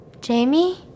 Jamie